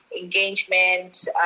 engagement